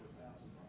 thousand